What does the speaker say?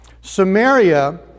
Samaria